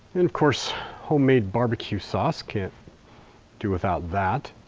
and of course, homemade barbecue sauce. can't do without that.